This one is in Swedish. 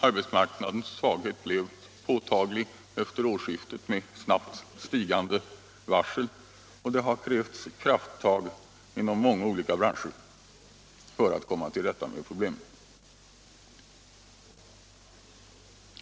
Arbetsmarknadens svaghet blev påtaglig efter årsskiftet, med snabbt stigande antal varsel, och det har krävts krafttag inom många olika branscher för att komma till rätta med problemen.